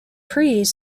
prix